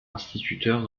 instituteurs